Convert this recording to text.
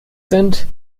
sind